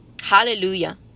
Hallelujah